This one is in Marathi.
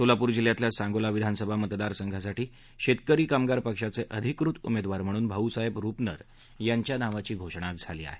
सोलापूर जिल्ह्यातल्या सांगोला विधानसभा मतदारसंघासाठी शेतकरी कामगार पक्षाचे अधिकृत उमेदवार म्हणून भाऊसाहेब रूपनर यांच्या नावाची घोषणा झाली आहे